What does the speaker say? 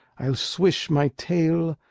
i'll swish my tail,